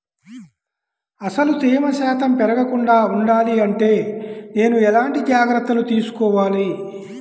అసలు తేమ శాతం పెరగకుండా వుండాలి అంటే నేను ఎలాంటి జాగ్రత్తలు తీసుకోవాలి?